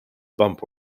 bump